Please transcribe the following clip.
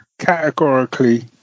Categorically